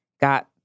got